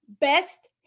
best